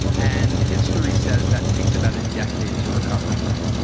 and history says that takes about a decade to recover from.